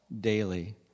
daily